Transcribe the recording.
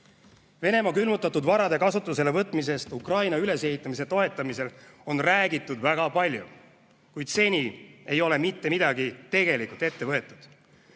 Venemaa külmutatud varade kasutuselevõtmisest Ukraina ülesehitamise toetamisel on räägitud väga palju, kuid seni ei ole mitte midagi tegelikult ette võetud.